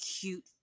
cute